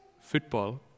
football